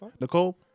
Nicole